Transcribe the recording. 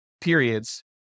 periods